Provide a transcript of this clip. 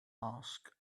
ask